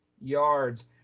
yards